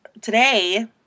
today